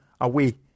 away